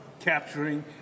capturing